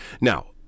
Now